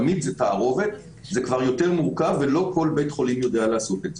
תמיד זה תערובת זה כבר יותר מורכב ולא כל בית חולים יודע לעשות את זה.